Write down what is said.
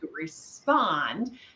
respond